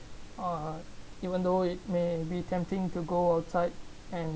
uh even though it may be tempting to go outside and